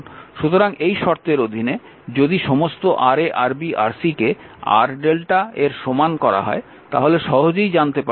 সুতরাং এই শর্তের অধীনে যদি সমস্ত Ra Rb Rc কে RlrmΔ এর সমান করা হয় তাহলে সহজেই জানতে পারবেন যে এর Y রূপান্তর কী হবে